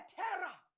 terror